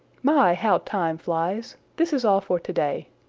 my, how time flies! this is all for to-day.